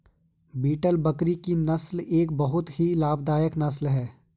beetle बकरी की नस्ल एक बहुत ही लाभदायक नस्ल है